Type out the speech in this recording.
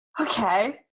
Okay